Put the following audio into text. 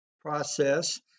process